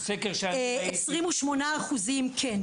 28% כן.